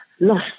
lost